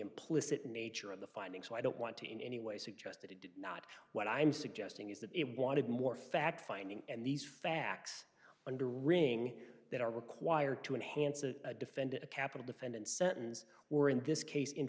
implicit nature of the finding so i don't want to in any way suggest that it did not what i'm suggesting is that it wanted more fact finding and these facts under ring that are required to enhance a defendant a capital defendant certains were in this case in